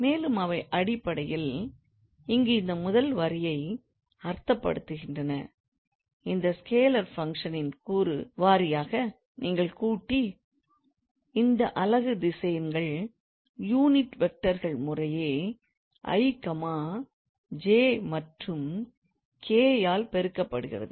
மேலும் அவை அடிப்படையில் இங்கு இந்த முதல் வரியை அர்த்தப்படுத்துகின்றன இந்த ஸ்கேலர் ஃபங்க்ஷன் ன்கூறு வாரியாக நீங்கள் கூட்டி இந்த அலகு திசையன்கள் யூனிட்வெக்டர்கள் முறையே i j மற்றும் k ஆல் பெருக்கப்படுகிறது